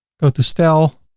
go to style.